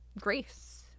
grace